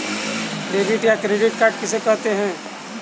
Debit या credit card किसे कहते हैं?